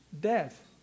death